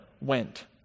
went